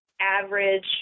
average